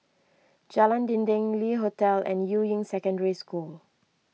Jalan Dinding Le Hotel and Yuying Secondary School